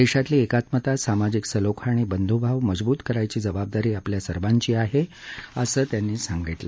देशातली एकात्मता सामाजिक सलोखा आणि बंधुभाव मजबूत करायची जबाबदारी आपल्या सर्वांचीच आहे असं त्यांनी सांगितलं